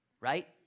right